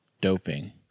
doping